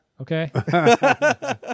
okay